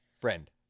friend